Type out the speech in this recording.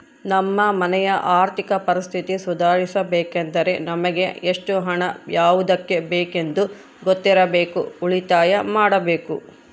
ನಮ್ಮ ಮನೆಯ ಆರ್ಥಿಕ ಪರಿಸ್ಥಿತಿ ಸುಧಾರಿಸಬೇಕೆಂದರೆ ನಮಗೆ ಎಷ್ಟು ಹಣ ಯಾವುದಕ್ಕೆ ಬೇಕೆಂದು ಗೊತ್ತಿರಬೇಕು, ಉಳಿತಾಯ ಮಾಡಬೇಕು